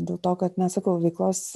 dėl to kad na sakau veiklos